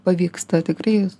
pavyksta tikrai